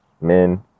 Men